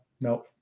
no